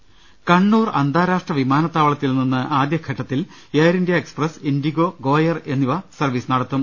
മാർ കണ്ണൂർ അന്താരാഷ്ട്ര വിമാനത്താവളത്തിൽ നിന്ന് ആദ്യഘട്ടത്തിൽ Air India Express IndiGo Go Air എന്നിവ സർവീസ് നടത്തും